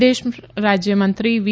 વિદેશ રાજ્યમંત્રી વી